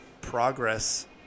progress